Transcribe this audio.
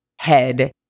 head